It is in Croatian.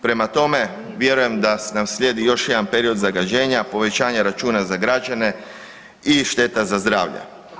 Prema tome, vjerujem da nam slijedi još jedan period zagađenja, povećanje računa za građane i šteta za zdravlje.